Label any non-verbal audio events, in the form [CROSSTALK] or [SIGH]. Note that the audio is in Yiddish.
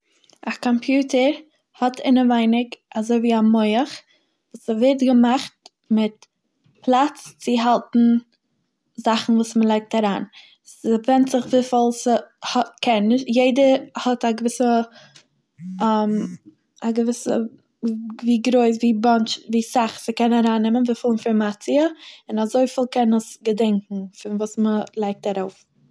א קאמפיוטער האט אינעווייניג אזוי ווי א מח, ס'ווערט געמאכט מיט פלאץ צו האלטן זאכן וואס מ'לייגט אריין, ס'ווענד זיך וויפיל ס'האט- קען, נישט יעדע האט א געוויסע- [NOISE] [HESITATION] א געוויסע ווי גרויס ווי באנטש ווי סאך ס'קען אריינעמען וויפיל אינפארמאציע און אזויפיל קען עס געדענקען פון וואס מ'לייגט ארויף.